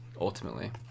ultimately